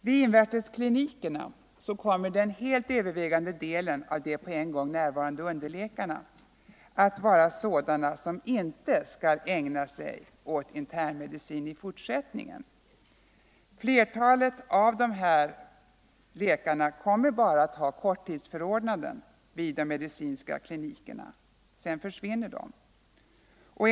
Vid invärtesklinikerna kommer den helt övervägande delen av de på en gång närvarande underläkarna att vara sådana som inte skall ägna sig åt intern medicin i fortsättningen. Flertalet av de här läkarna kommer bara att ha korttidsförordnanden vid de medicinska klinikerna, sedan går de vidare.